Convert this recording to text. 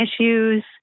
issues